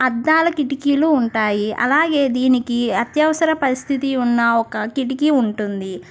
అద్దాల కిటికీలు ఉంటాయి అలాగే దీనికి అత్యవసర పరిస్థితి ఉన్న ఒక కిటికీ ఉంటుంది